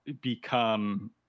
become